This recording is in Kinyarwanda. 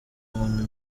muntu